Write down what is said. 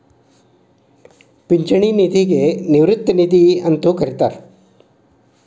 ಪಿಂಚಣಿ ನಿಧಿಗ ನಿವೃತ್ತಿ ನಿಧಿ ಅಂತೂ ಕರಿತಾರ